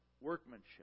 Workmanship